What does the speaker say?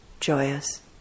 joyous